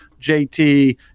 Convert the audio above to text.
JT